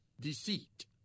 deceit